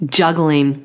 juggling